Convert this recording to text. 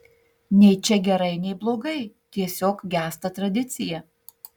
nei čia gerai nei blogai tiesiog gęsta tradicija